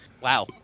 Wow